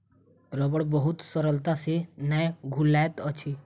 रबड़ बहुत सरलता से नै घुलैत अछि